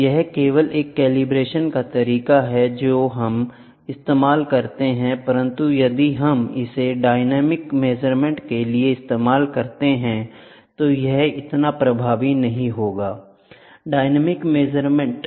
तो यह केवल एक कैलिब्रेशन का तरीका है जो हम इस्तेमाल करते हैं परंतु यदि हम इसे डायनेमिक मेजरमेंट के लिए इस्तेमाल करते हैं तो यह इतना प्रभावी नहीं होगाI डायनेमिक मेजरमेंट